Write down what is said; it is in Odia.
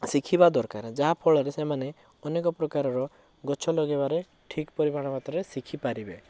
ଶିଖିବା ଦରକାର ଯାହା ଫଳରେ ସେମାନେ ଅନେକ ପ୍ରକାରର ଗଛ ଲଗେଇବାରେ ଠିକ୍ ପରିମାଣ ମାତ୍ରାରେ ଶିଖିପାରିବେ